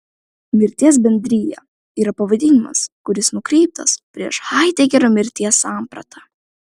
mirties bendrija yra pavadinimas kuris nukreiptas prieš haidegerio mirties sampratą